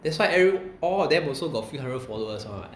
that's why every all of them also got few hundred followers what